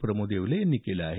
प्रमोद येवले यांनी केलं आहे